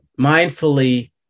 mindfully